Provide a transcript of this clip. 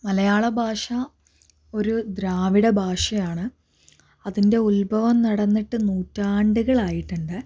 മലയാള ഭാഷ ഒരു ദ്രാവിഡ ഭാഷയാണ് അതിന്റെ ഉത്ഭവം നടന്നിട്ട് നൂറ്റാണ്ടുകൾ ആയിട്ടുണ്ട്